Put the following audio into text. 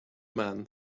man